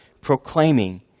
proclaiming